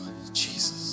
Jesus